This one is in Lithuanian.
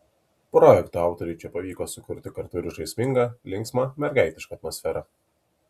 projekto autoriui čia pavyko sukurti kartu ir žaismingą linksmą mergaitišką atmosferą